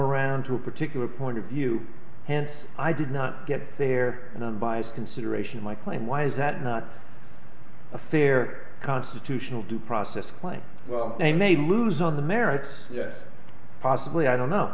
around to a particular point of view hence i did not get there and unbiased consideration my claim why is that not affair constitutional due process quite well and they lose on the merits yes possibly i don't know